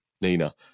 Nina